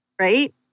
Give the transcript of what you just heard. Right